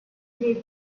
les